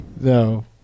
No